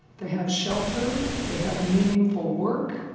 they have shelter, they have meaningful work,